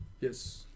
Yes